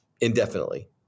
indefinitely